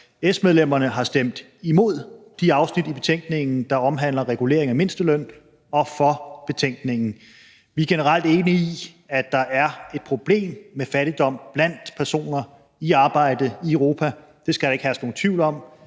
S-medlemmerne har stemt imod de afsnit i betænkningen, der omhandler regulering af mindsteløn, og for betænkningen. Vi er generelt enige i, at der er et problem med fattigdom blandt personer i arbejde i Europa – det skal der ikke herske nogen tvivl om,